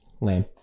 Lame